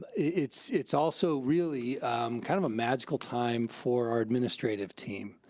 it's it's also really kind of magical time for our administrative team,